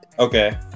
Okay